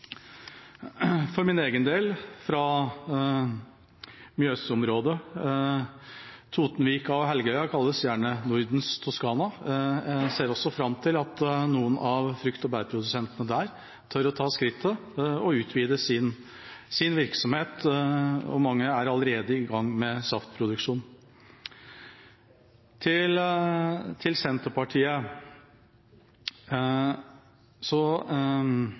For min egen del – jeg er fra Mjøsområdet, og Totenvika og Helgøya kalles gjerne Nordens Toscana – ser jeg også fram til at noen av frukt- og bærprodusentene der tør å ta skrittet og utvide sin virksomhet. Mange er allerede i gang med saftproduksjon. Til Senterpartiet: Jeg registrerer forslaget om å gå ned til